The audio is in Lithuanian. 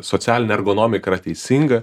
socialinė ergonomika yra teisinga